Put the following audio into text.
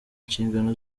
inshingano